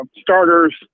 starters